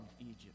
Egypt